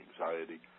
anxiety